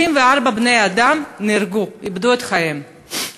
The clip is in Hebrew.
54 בני-אדם נהרגו, איבדו את חייהם.